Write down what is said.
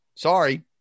sorry